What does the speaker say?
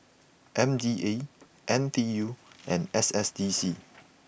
M D A N T U and S S D C